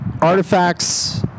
Artifacts